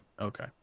okay